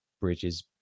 bridges